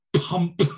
pump